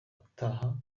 utaha